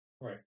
right